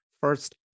first